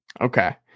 Okay